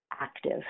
active